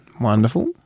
Wonderful